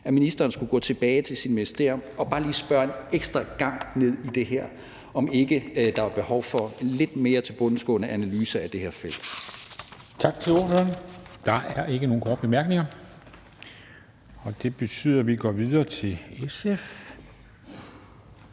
at ministeren skulle gå tilbage til sit ministerium og bare lige spørge en ekstra gang ind til, om ikke der er behov for en lidt mere tilbundsgående analyse af det her felt.